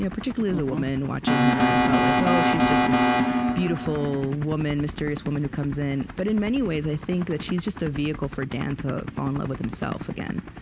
particularly as a woman, watching her, it felt like, oh, she's just this beautiful woman, mysterious woman who comes in. but in many ways, i think that she's just a vehicle for dan to fall in love with himself again.